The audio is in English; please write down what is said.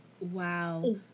Wow